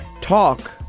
talk